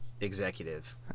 executive